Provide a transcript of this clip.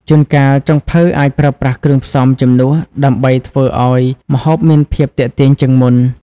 ជួនកាលចុងភៅអាចប្រើប្រាស់គ្រឿងផ្សំជំនួសដើម្បីធ្វើឲ្យម្ហូបមានភាពទាក់ទាញជាងមុន។